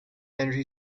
energy